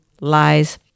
Lies